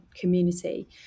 community